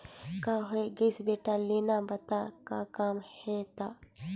का होये गइस बेटा लेना बता का काम हे त